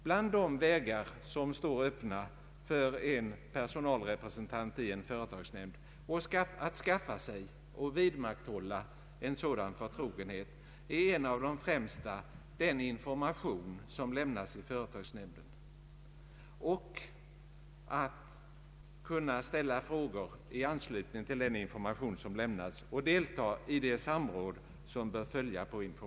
Bland de vägar som står öppna för en personalrepresentant i en företagsnämnd att skaffa sig och vidmakthålla en sådan förtrogenhet är en av de främsta den information som lämnas i företagsnämnden, varvid man kan ställa frågor i anslutning till informationen och delta i det samråd som bör följa.